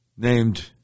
named